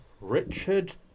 Richard